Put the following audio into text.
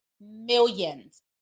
millions